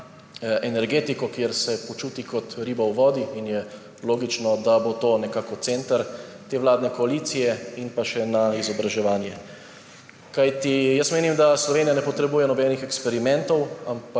energetiko, kjer se počuti kot riba v vodi in je logično, da bo to nekako center te vladne koalicije, in pa še na izobraževanje. Kajti jaz menim, da Slovenija ne potrebuje nobenih eksperimentov, ampak